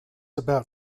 about